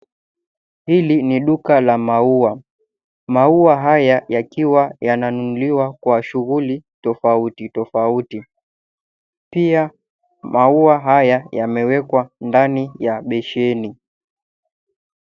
Hili ni duka la maua, maua haya yakiwa yananunuliwa, kwa shughuli tofauti tofauti. Pia, maua haya yamewekwa ndani ya besheni.